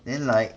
then like